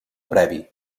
previ